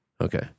Okay